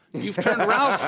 you've turned ralph